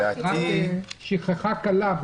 רק שכחה קלה.